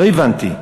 לא הבנתי.